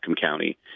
County